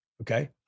Okay